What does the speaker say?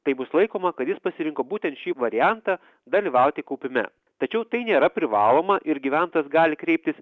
tai bus laikoma kad jis pasirinko būtent šį variantą dalyvauti kaupime tačiau tai nėra privaloma ir gyventojas gali kreiptis